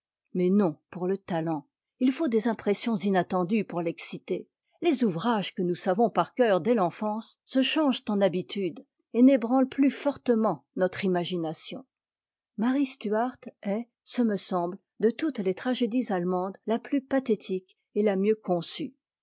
mais non pour le talent il faut des impressions inattendues pour l'exciter les ouvrages que nous savons par cœur dès l'enfance se changent en habitudes et n'ébranlent plus fortement notre imagination marie stuart est ce me semble de toutes les tragédies allemandes la plus pathétique et la mieux conçue